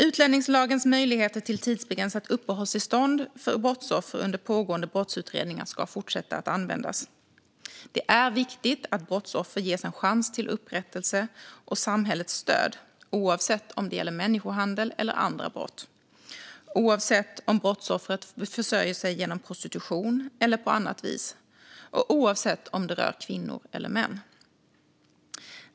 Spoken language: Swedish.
Utlänningslagens möjligheter till tidsbegränsat uppehållstillstånd för brottsoffer under pågående brottsutredningar ska fortsätta att användas. Det är viktigt att brottsoffer ges en chans till upprättelse och samhällets stöd, oavsett om det gäller människohandel eller andra brott, oavsett om brottsoffret försörjer sig genom prostitution eller på annat vis och oavsett om det rör kvinnor eller män.